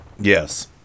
Yes